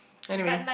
anyway